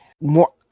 More